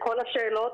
לכל השאלות,